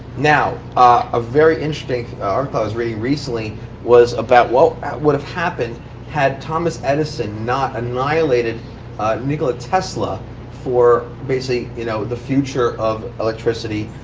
now, a very interesting article i was reading recently was about what would have happened had thomas edison not annihilated nikola tesla for you know the future of electricity,